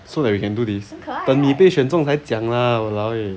so we can do this 等你被选中才讲 lah !walao! eh